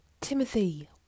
Timothy